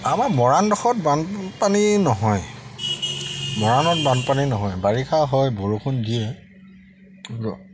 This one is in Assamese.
আমাৰ মৰাণডোখৰত বানপানী নহয় মৰাণত বানপানী নহয় বাৰিষা হয় বৰষুণ দিয়ে